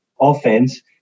offense